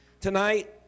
Tonight